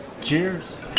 Cheers